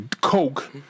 Coke